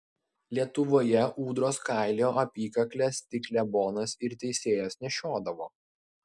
lietuvoje ūdros kailio apykakles tik klebonas ir teisėjas nešiodavo